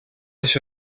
això